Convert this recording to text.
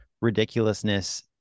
ridiculousness